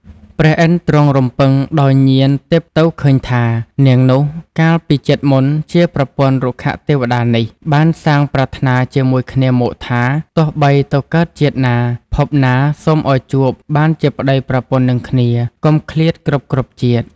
ព្រះឥន្ធទ្រង់រំពឹងដោយញាណទិព្វទៅឃើញថា នាងនោះ កាលពីជាតិមុនជាប្រពន្ធរុក្ខទេវតានេះ បានសាងប្រាថ្នាជាមួយគ្នាមកថា “ទោះបីទៅកើតជាតិណា ភពណាសូមឱ្យជួប បានជាប្ដីប្រពន្ធនិងគ្នា កុំឃ្លាតគ្រប់ៗជាតិ”។